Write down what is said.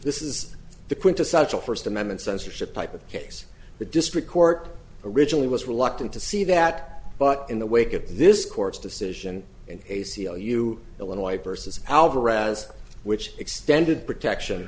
this is the quintessential first amendment censorship type of case the district court originally was reluctant to see that but in the wake of this court's decision and a c l u illinois versus alvarez which extended protection